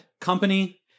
Company